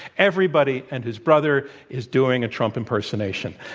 everybody and his brother is doing a trump impersonation.